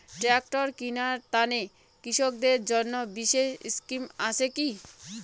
Tractor কিনার তানে কৃষকদের জন্য বিশেষ স্কিম আছি কি?